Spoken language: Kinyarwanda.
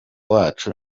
wacu